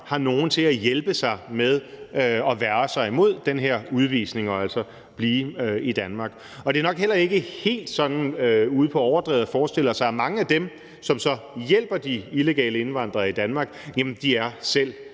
har nogen til at hjælpe sig med at vægre sig imod den her udvisning og altså blive i Danmark, og det er nok heller ikke sådan helt ude på overdrevet at forestille sig, at mange af dem, som så hjælper de illegale indvandrere i Danmark, selv er folk